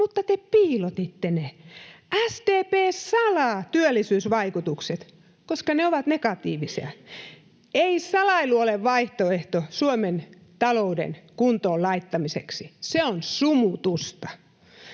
mutta te piilotitte ne. SDP salaa työllisyysvaikutukset, koska ne ovat negatiivisia. Ei salailu ole vaihtoehto Suomen talouden kuntoon laittamiseksi, se on sumutusta.